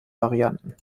varianten